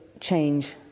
change